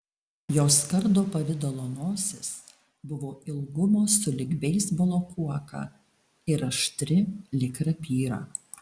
jos kardo pavidalo nosis buvo ilgumo sulig beisbolo kuoka ir aštri lyg rapyra